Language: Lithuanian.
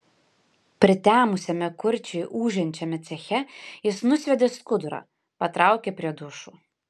pritemusiame kurčiai ūžiančiame ceche jis nusviedė skudurą patraukė prie dušų